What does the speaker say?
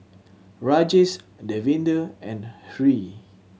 Rajesh Davinder and Hri